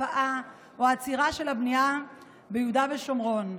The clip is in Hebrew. הקפאה או עצירה של הבנייה ביהודה ושומרון.